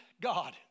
God